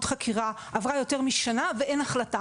חקירה עברה יותר משנה ואין החלטה.